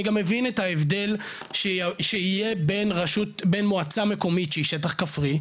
אני גם מבין את ההבדל שיהיה בין מועצה מקומית שהיא שטח כפרי,